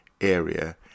area